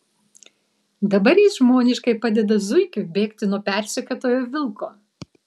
dabar jis žmoniškai padeda zuikiui bėgti nuo persekiotojo vilko